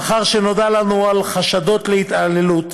לאחר שנודע לנו על חשדות להתעללות,